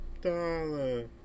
dollar